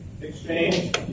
exchange